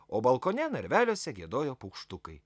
o balkone narveliuose giedojo paukštukai